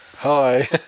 Hi